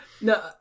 No